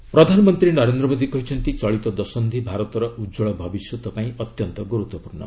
PM budget session ପ୍ରଧାନମନ୍ତ୍ରୀ ନରେନ୍ଦ୍ର ମୋଦି କହିଛନ୍ତି ଚଳିତ ଦଶନ୍ଧି ଭାରତର ଉଜ୍ଜୁଳ ଭବିଷ୍ୟ ପାଇଁ ଅତ୍ୟନ୍ତ ଗୁରୁତ୍ୱପୂର୍ଣ୍ଣ